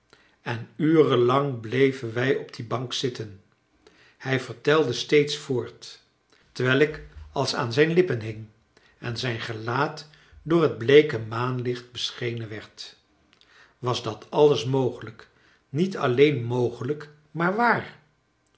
en uren lang bleven wij op die bank zitten hij vertelde steeds voort terwijl ik als aan zijn lippen hing en zijn gelaat door het bleeke maanlicht beschenen werd was dat alles mogelijk niet alleen mogelijk maar waar